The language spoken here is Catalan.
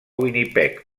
winnipeg